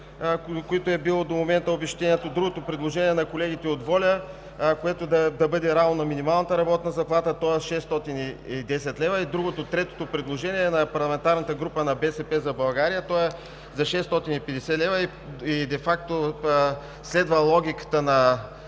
които е било до момента обезщетението. Другото предложение е на колегите от „Воля“, което да бъде равно на минималната работна заплата, тоест 610 лв. Третото предложение е на парламентарната група на „БСП за България“. То е за 650 лв. и де факто следва логиката на